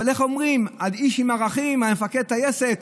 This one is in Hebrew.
אבל איך אומרים על איש עם ערכים, על מפקד טייסת?